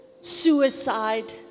suicide